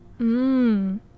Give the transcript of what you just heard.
Mmm